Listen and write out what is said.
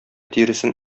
тиресен